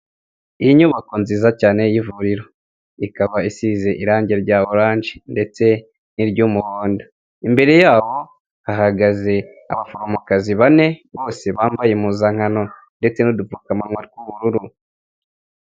Inyubako nziza cyane y'ivuriro, ikaba isize irangi rya oranje ndetse n'iry'umuhondo, imbere yaho hahagaze abaforomokazi bane bose bambaye impuzankano ndetse n'udupfukamunwa tw'ubururu.